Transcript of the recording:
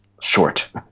short